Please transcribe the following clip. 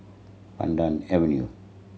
Pandan Avenue